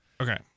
Okay